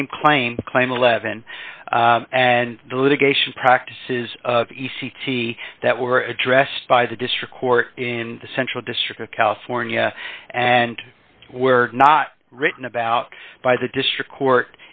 same claim claim eleven and the litigation practices e c t that were addressed by the district court in the central district of california and were not written about by the district court